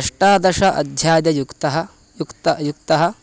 अष्टादश अध्याययुक्ता युक्ता युक्ता